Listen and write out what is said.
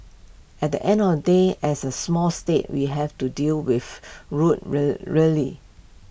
at the end or day as A small state we have to deal with rude really